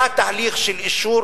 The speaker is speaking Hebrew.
היה תהליך של אישור?